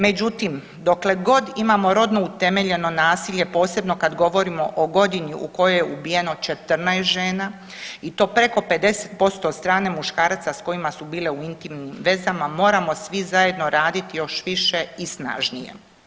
Međutim, dokle god imamo rodno utemeljeno nasilje posebno kad govorimo o godini u kojoj je ubijeno 14 žena i to preko 50% od strane muškaraca s kojima su bile u intimnim vezama, moramo svi zajedno radit još više i snažnije.